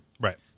Right